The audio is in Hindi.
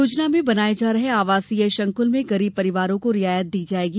योजना में बनाये जा रहे आवासीय शंकल में गरीब परिवारों को रियायत दी जायेगी